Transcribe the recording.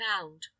found